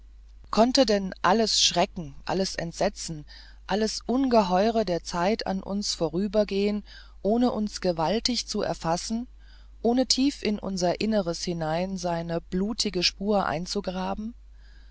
konnte denn alles schrecken alles entsetzen alles ungeheure der zeit an uns vorübergehen ohne uns gewaltig zu erfassen ohne tief in unser inneres hinein seine blutige spur einzugraben